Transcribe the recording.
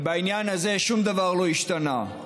ובעניין הזה שום דבר לא השתנה.